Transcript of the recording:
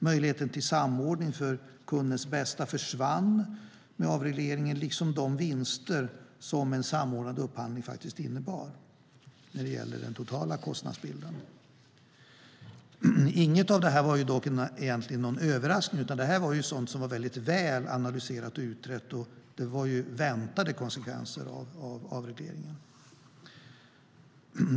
Möjligheterna till samordning för kundens bästa försvann med avregleringen, liksom de vinster som en samordnad upphandling innebar när det gäller den totala kostnadsbilden. Inget av detta var dock någon överraskning, utan det var väl analyserat och utrett och därför förväntade konsekvenser av avregleringen.